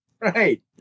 right